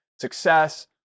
success